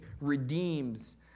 redeems